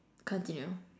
continue